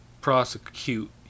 prosecute